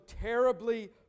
terribly